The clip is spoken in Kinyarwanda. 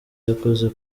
yakoze